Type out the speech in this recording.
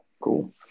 Cool